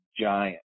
giant